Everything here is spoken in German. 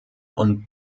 und